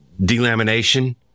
delamination